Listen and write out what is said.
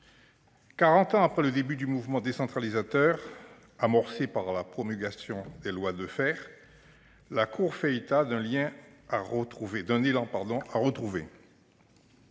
ans après le début du mouvement décentralisateur amorcé par la promulgation des lois Defferre, la Cour fait état d'un « élan à retrouver